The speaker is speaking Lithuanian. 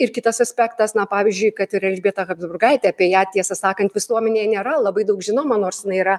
ir kitas aspektas na pavyzdžiui kad ir elžbieta habsburgaitė apie ją tiesą sakant visuomenei nėra labai daug žinoma nors jinai yra